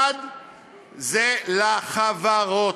אחד זה לחברות: